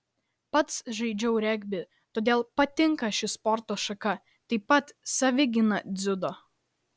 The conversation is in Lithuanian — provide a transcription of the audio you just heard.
pats žaidžiau regbį todėl patinka ši sporto šaka taip pat savigyna dziudo